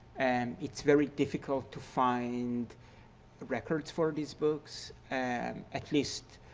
it's very difficult to find records for these books, and at least